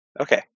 Okay